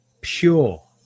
pure